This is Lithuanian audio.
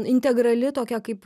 integrali tokia kaip